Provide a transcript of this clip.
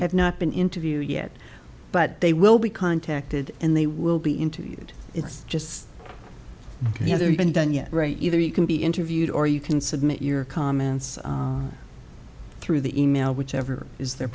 have not been interviewed yet but they will be contacted and they will be interviewed it's just the other has been done yet right either you can be interviewed or you can submit your comments through the e mail whichever is their